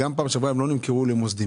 גם בפעם שעברה הם לא נמכרו למוסדיים.